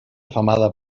femada